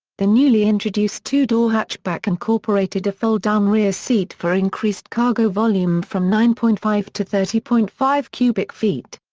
the newly introduced two-door hatchback incorporated a fold-down rear seat for increased cargo volume from nine point five to thirty point five cubic feet.